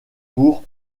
pour